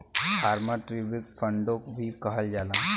farmer tribute फ़ंडो भी कहल जाला